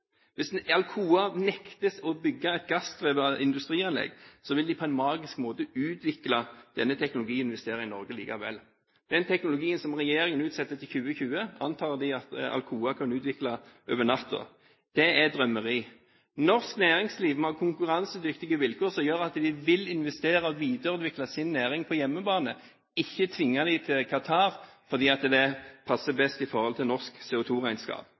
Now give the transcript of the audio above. Alcoa nektes å bygge et gassdrevet industrianlegg, vil de på en magisk måte utvikle denne teknologien og investere i Norge likevel. Den teknologien som regjeringen utsetter til 2020, antar man at Alcoa kan utvikle over natta. Det er drømmeri. Norsk næringsliv må ha konkurransedyktige vilkår, som gjør at de vil investere og videreutvikle sin næring på hjemmebane, ikke tvinge dem til Qatar, fordi det passer best i forhold til norsk